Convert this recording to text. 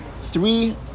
three